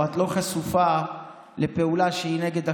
או את לא חשופה לפעולה שהיא נגד החוק.